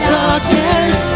darkness